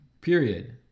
Period